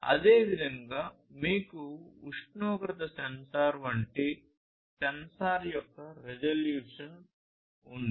అదేవిధంగా మీకు ఉష్ణోగ్రత సెన్సార్ వంటి సెన్సార్ యొక్క రిజల్యూషన్ ఉంది